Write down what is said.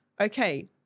okay